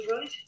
right